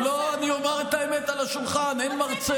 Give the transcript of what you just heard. לא, אני אומר את האמת על השולחן, אין מרצע.